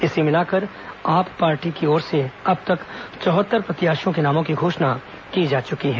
इसे मिलाकर आप पार्टी की ओर से अंब तक चौहत्तर प्रत्याशियों के नामों की घोषणा की जा चुकी है